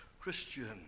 Christian